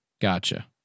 Gotcha